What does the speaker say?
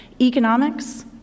economics